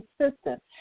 consistent